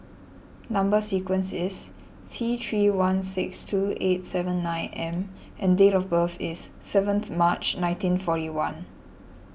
Number Sequence is T three one six two eight seven nine M and date of birth is seventh March nineteen forty one